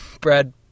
Brad